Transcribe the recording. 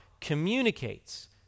communicates